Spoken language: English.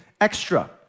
extra